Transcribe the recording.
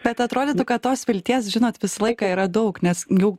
bet atrodytų kad tos vilties žinot visą laiką yra daug nes jau